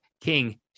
King